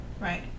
right